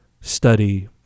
study